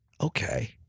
okay